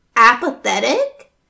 apathetic